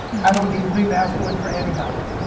i don't need to be masculine for anybody.